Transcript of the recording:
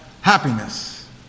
happiness